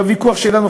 בוויכוח שלנו,